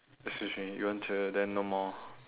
excuse me you want to then no more